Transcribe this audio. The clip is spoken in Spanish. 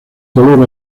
color